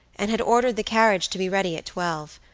and had ordered the carriage to be ready at twelve,